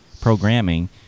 programming